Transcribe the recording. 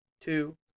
two